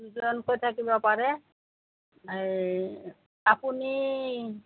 দুজনকৈ থাকিব পাৰে এই আপুনি